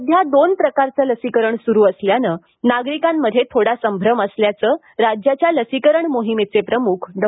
सध्या दोन प्रकारचे लसीकरण चालूं असल्याने नागरिकांमध्ये थोडा संभ्रम असल्याचं राज्याच्या लसीकरण मोहिमेचे प्रमुख डॉ